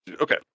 Okay